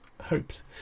hoped